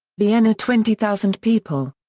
vienna twenty thousand people.